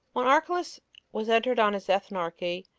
when archelaus was entered on his ethnarchy,